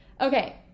Okay